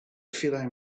feeling